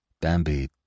Bambi